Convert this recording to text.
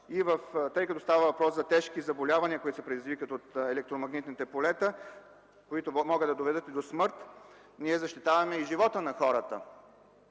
Тъй като става въпрос за тежки заболявания, които се предизвикват от електромагнитните полета, които могат да доведат и до смърт, ние защитаваме и живота на хората.